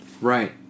Right